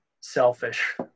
selfish